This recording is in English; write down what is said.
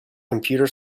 computer